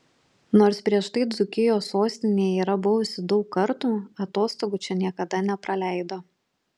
nors prieš tai dzūkijos sostinėje yra buvusi daug kartų atostogų čia niekada nepraleido